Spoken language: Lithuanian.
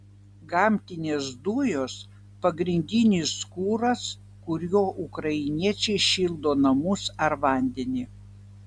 gamtinės dujos pagrindinis kuras kuriuo ukrainiečiai šildo namus ar vandenį